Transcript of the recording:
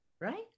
Right